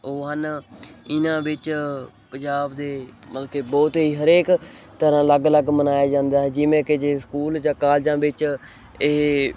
ਉਹ ਹਨ ਇਹਨਾਂ ਵਿੱਚ ਪੰਜਾਬ ਦੇ ਮਤਲਬ ਕਿ ਬਹੁਤ ਹਰੇਕ ਤਰ੍ਹਾਂ ਅਲੱਗ ਅਲੱਗ ਮਨਾਇਆ ਜਾਂਦਾ ਹੈ ਜਿਵੇਂ ਕਿ ਜੇ ਸਕੂਲ ਜਾਂ ਕਾਲਜਾਂ ਵਿੱਚ ਇਹ